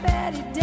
Betty